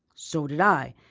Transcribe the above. so did i.